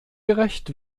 gerecht